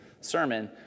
sermon